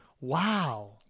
Wow